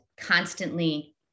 constantly